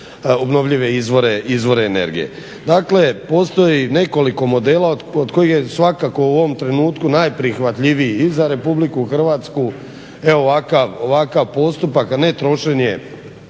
obnovljive izvore energije. Dakle, postoji nekoliko modela od kojih je svakako u ovom trenutku najprihvatljiviji i za Republiku Hrvatsku evo ovakav postupak, a ne trošenje